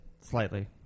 slightly